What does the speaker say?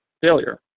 failure